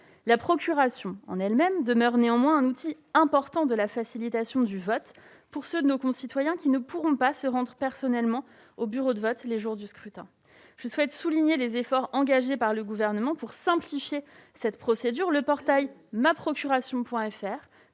La procuration demeure néanmoins un outil important de facilitation du vote pour ceux de nos concitoyens qui ne pourront pas se rendre physiquement au bureau de vote les jours du scrutin. Je souhaite souligner les efforts engagés par le Gouvernement pour simplifier cette procédure. Le portail www.maprocuration.fr